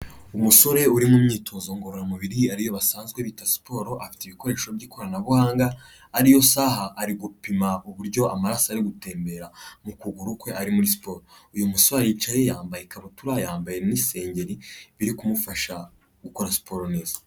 Umusore uri mu myitozo ngororamubiri ariyo basanzwe bita siporo, afite ibikoresho by'ikoranabuhanga, ariyo saha ari gupima uburyo amaraso ari gutembera mu kuguru kwe ari muri siporo, uyu musore aricaye yambaye ikabutura, yambaye n'isengeri biri kumufasha gukora siporo neza.